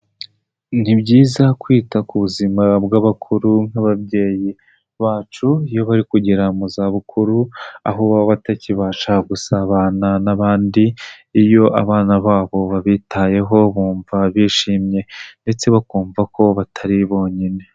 Ni byiza kwita ku buzima bw'abakuru nk'ababyeyi bacu iyo bari kugera mu zabukuru, aho baba batakibasha gusabana n'abandi, iyo abana babo babitayeho bumva bishimye ndetse bakumva ko batari bonyine.